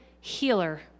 healer